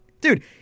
dude